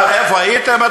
איפה הייתם?